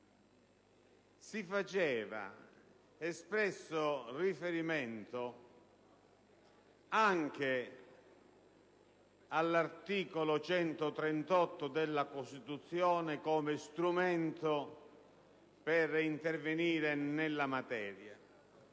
si faceva espresso riferimento anche all'articolo 138 della Costituzione come strumento per intervenire nella materia.